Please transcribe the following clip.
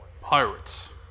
Pirates